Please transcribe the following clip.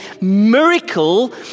miracle